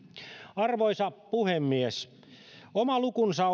arvoisa puhemies oma lukunsa